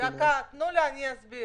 דקה, תנו לי, אני אסביר.